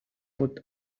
foot